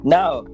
Now